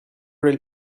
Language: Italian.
del